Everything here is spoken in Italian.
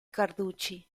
carducci